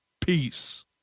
peace